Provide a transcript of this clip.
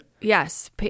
Yes